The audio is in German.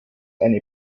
eine